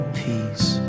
peace